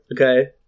okay